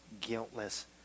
guiltless